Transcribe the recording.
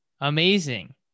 amazing